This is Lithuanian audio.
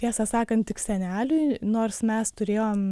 tiesą sakant tik seneliui nors mes turėjom